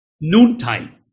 Noontime